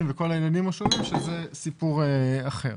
וכל הילדים רשומים שם שזה סיפור אחר.